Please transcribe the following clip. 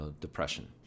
depression